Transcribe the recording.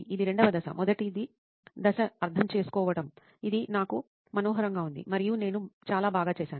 ఇది రెండవ దశ మొదటి దశ అర్ధం చేసుకోవటం ఇది నాకు మనోహరంగా ఉంది మరియు నేను చాలా బాగా చేసాను